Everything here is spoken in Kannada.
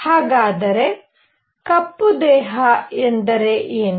ಹಾಗಾದರೆ ಕಪ್ಪು ದೇಹ ಎಂದರೇನು